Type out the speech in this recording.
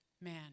man